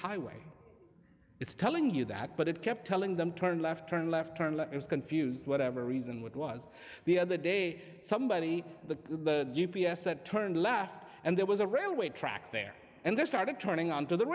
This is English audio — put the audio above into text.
highway it's telling you that but it kept telling them turn left turn left turn left is confused whatever reason which was the other day somebody the g p s said turn left and there was a railway track there and they started turning on to the